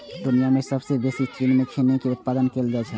दुनिया मे सबसं बेसी चीन मे खैनी के उत्पादन कैल जाइ छै